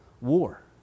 war